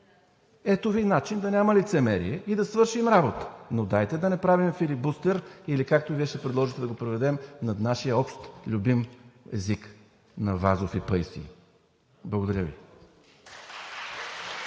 Ето Ви начин да няма лицемерие и да свършим работа, но дайте да не правим filibuster или както Вие ще предложите – да проведем на нашия общ любим език на Вазов и Паисий. Благодаря Ви.